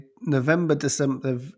November-December